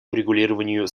урегулированию